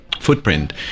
footprint